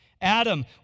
Adam